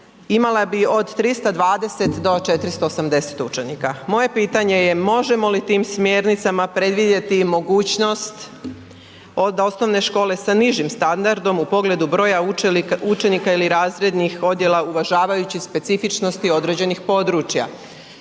imala bi od 320 do 480 učenika. Moje pitanje je možemo li tim smjernicama predvidjeti i mogućnost od osnovne škole sa nižim standardom u pogledu broja učenika ili razrednih odjela uvažavajući specifičnosti određenih područja,